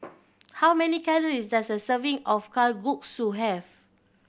how many calories does a serving of Kalguksu have